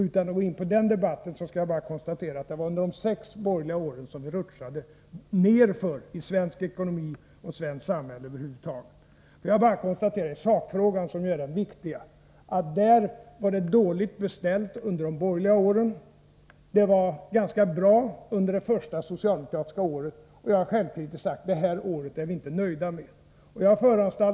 Utan att gå in på den debatten skall jag bara konstatera att det var under de sex borgerliga åren som vi rutschade nedför i svensk ekonomi och svenskt samhälle över huvud taget. I sakfrågan, som ju är den viktiga, kan jag bara konstatera att det på det området var dåligt beställt under de borgerliga åren. Det var ganska bra under det första socialdemokratiska året, och jag har självkritiskt sagt att vi inte är nöjda med innevarande år.